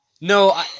No